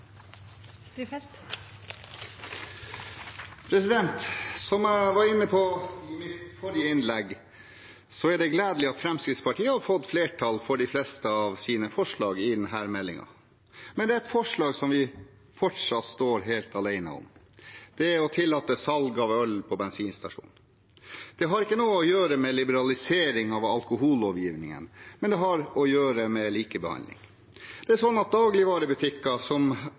det gledelig at Fremskrittspartiet har fått flertall for de fleste av sine forslag i denne meldingen, men det er ett forslag som vi fortsatt står helt alene om. Det er å tillate salg av øl på bensinstasjoner. Det har ikke noe å gjøre med liberalisering av alkohollovgivningen, men det har å gjøre med likebehandling.